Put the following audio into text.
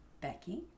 Becky